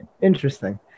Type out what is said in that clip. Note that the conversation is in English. Interesting